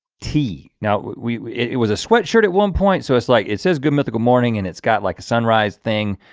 t now we it was a sweatshirt at one point. so it's like, it says good mythical morning and it's got like a sunrise thing.